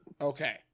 Okay